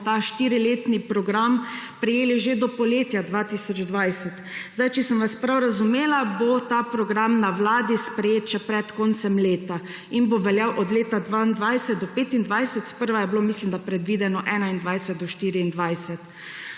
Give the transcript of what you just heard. ta štiriletni program prejeli že do poletja 2020. Če sem vas prav razumela, bo ta program na Vladi sprejet še pred koncem leta in bo veljal od leta 2022 do 2025. Sprva je bilo, mislim da, predvideno od 2021 do 2024.